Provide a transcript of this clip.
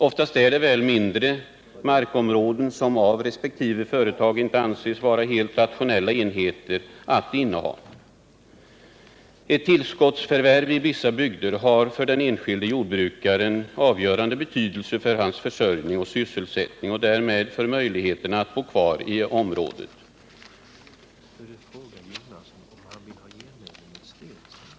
Ofta är det väl fråga om mindre markområden, som av resp. företag inte anses vara rationella enheter att inneha. Ett tillskottsförvärv i vissa bygder har för den enskilde jordbrukaren avgörande betydelse för hans försörjning och sysselsättning och därmed för möjligheterna att bo kvar i området.